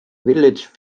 village